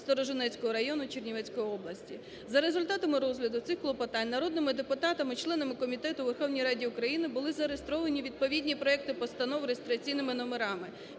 Сторожинецького району, Чернівецької області). За результатами розгляду цих клопотань народними депутатами членами Комітету у Верховній Раді України були зареєстровані відповідні проекти постанов з реєстраційними номерами: